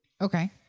Okay